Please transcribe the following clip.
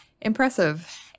impressive